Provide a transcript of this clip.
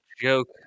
joke